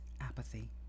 apathy